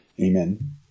Amen